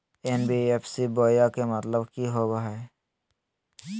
NBFC बोया के मतलब कि होवे हय?